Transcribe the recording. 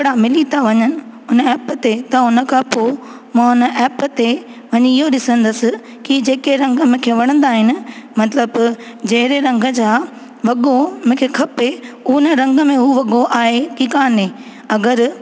कपिड़ा मिली था वञनि उन ऐप ते त उन खां पोइ मां हुन ऐप ते वञी इहो ॾिसंदसि की जेके रंग मूंखे वणंदा आहिनि मतिलबु जहिड़े रंग जा वॻो मूंखे खपे उन रंग में हू वॻो आहे की कोन्हे अगरि